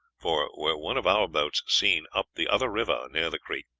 for were one of our boats seen up the other river near the creek,